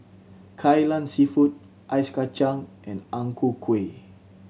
Kai Lan Seafood Ice Kachang and Ang Ku Kueh